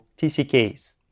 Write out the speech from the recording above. TCKs